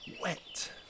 wet